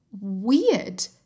weird